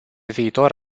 viitor